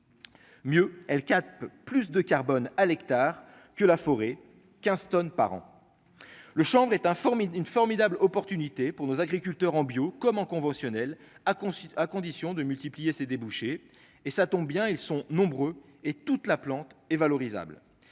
Mieux, elle capte plus de carbone à l'hectare que la forêt 15 tonnes par an, le chambre est informé d'une formidable opportunité pour nos agriculteurs en bio, comment conventionnelle a à condition de multiplier ces débouchés et ça tombe bien, ils sont nombreux, et toute la plante et valorisables,